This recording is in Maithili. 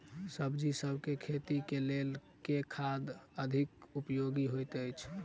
सब्जीसभ केँ खेती केँ लेल केँ खाद अधिक उपयोगी हएत अछि?